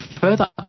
further